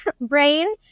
brain